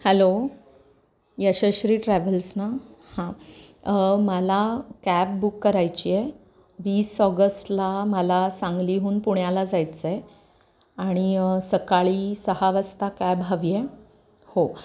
hello Yashashree travels ना हां मला कॅब बुक करायची आहे वीस ऑगस्टला मला सांगलीहून पुण्याला जायचं आहे आणि सकाळी सहा वाजता कॅब हवी आहे हो